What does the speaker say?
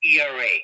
ERA